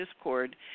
discord